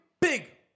big